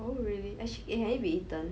oh really actually can it be eaten